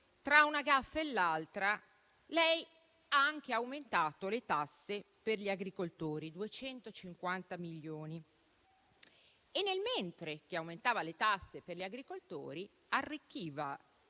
tra una *gaffe* e l'altra, lei ha anche aumentato le tasse agli agricoltori per 250 milioni. E nel mentre che aumentava le tasse agli agricoltori, arricchiva